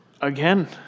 again